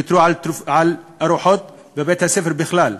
ויתרו על ארוחות בבית-הספר בכלל.